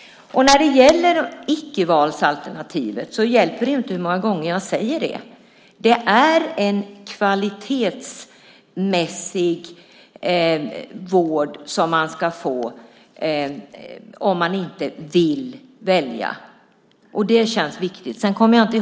När det gäller icke-valsalternativet hjälper det inte hur många gånger jag säger att det är en kvalitetsmässig vård som man ska få om man inte vill välja. Det känns viktigt.